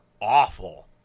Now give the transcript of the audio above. awful